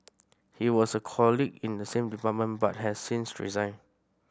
he was a colleague in the same department but has since resigned